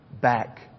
back